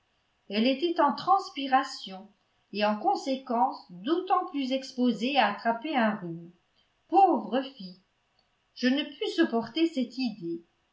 elle était en transpiration et en conséquence d'autant plus exposée à attraper un rhume pauvre fille je ne pus supporter cette idée